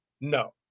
No